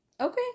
Okay